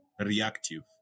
reactive